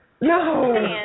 No